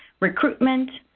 recruitment,